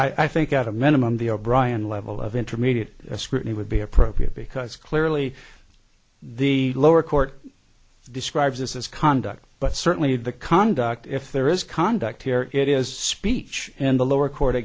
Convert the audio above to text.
appropriate i think at a minimum the o'brian level of intermediate scrutiny would be appropriate because clearly the lower court describes this as conduct but certainly the conduct if there is conduct here it is speech and the lower court